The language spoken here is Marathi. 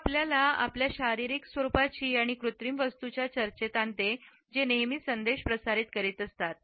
हे आपल्याला आपल्या शारीरिक स्वरुपाची आणि कृत्रिम वस्तूंच्या चर्चेत आणते जे नेहमी संदेश प्रसारित करीत असतात